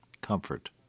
Comfort